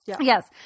yes